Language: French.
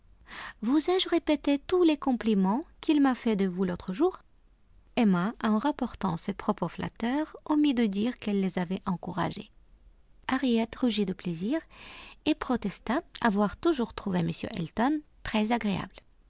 vous ai-je répété tous les compliments qu'il m'a faits de vous l'autre jour emma en rapportant ces propos flatteurs omit de dire qu'elle les avait encouragés harriet rougit de plaisir et protesta avoir toujours trouvé m elton très agréable